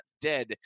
dead